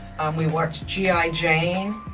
we watched g i. jane,